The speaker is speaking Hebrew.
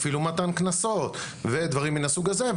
אפילו מתן קנסות ודברים מן הסוג הזה.